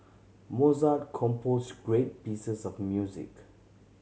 Mozart composed great pieces of music